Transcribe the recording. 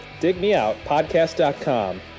digmeoutpodcast.com